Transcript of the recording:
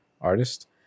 artist